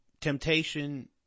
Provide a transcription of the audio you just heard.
temptation